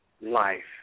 life